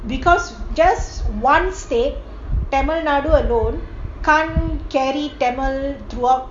because just one state tamil nadu alone can't carry tamil throughout